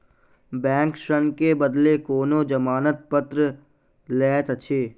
bank ऋण के बदले कोनो जमानत पत्र लैत अछि